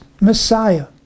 Messiah